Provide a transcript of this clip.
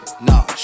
Nah